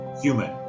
human